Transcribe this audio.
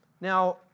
Now